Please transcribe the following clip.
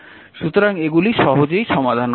সুতরাং এগুলো সহজেই সমাধান করা সম্ভব